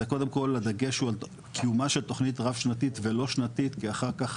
זה קודם כל הדגש הוא קיומה של תוכנית רב שנתית ולא שנתית כי אחרת